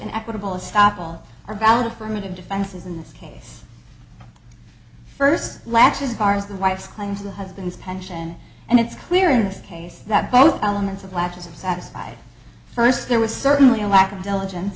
and equitable stoppel are valid affirmative defenses in this case first latches bars the wife's claim to the husband's pension and it's clear in this case that both elements of lapses of satisfied first there was certainly a lack of d'elegance